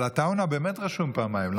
אבל עטאונה באמת רשום פעמיים.